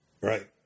Right